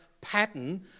pattern